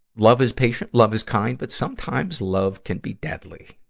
love is patient love is kind. but sometimes, love can be deadly.